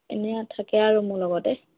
এনেই থাকে আৰু মোৰ লগতে